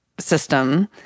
system